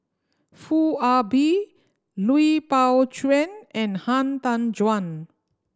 Foo Ah Bee Lui Pao Chuen and Han Tan Juan